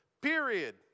period